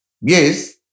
Yes